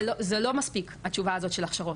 זה לא מספיק, התשובה הזאת של הכשרות.